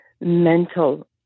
mental